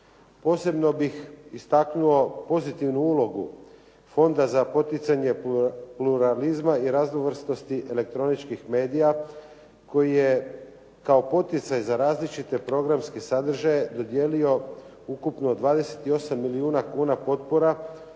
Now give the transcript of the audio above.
Posebno bih istaknuo pozitivnu ulogu Fonda za poticanje pluralizma i raznovrsnosti elektroničkih medija koji je kao poticaj za različite programske sadržaje dodijelio ukupno 28 milijuna kuna potpora